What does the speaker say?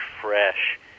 fresh